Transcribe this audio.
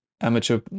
amateur